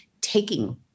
taking